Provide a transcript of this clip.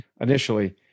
initially